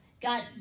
got